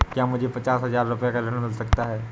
क्या मुझे पचास हजार रूपए ऋण मिल सकता है?